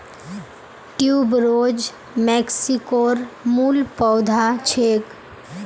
tuberose मेक्सिकोर मूल पौधा छेक